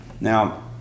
Now